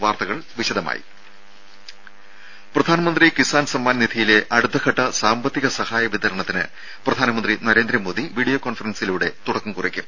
വാർത്തകൾ വിശദമായി പ്രധാൻമന്ത്രി കിസാൻ സമ്മാൻ നിധിയിലെ അടുത്തഘട്ട സാമ്പത്തിക സഹായ വിതരണത്തിന് പ്രധാനമന്ത്രി നരേന്ദ്രമോദി നാളെ വീഡിയോ കോൺഫറൻസിലൂടെ തുടക്കം കുറിക്കും